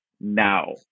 now